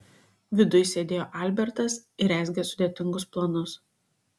viduj sėdėjo albertas ir rezgė sudėtingus planus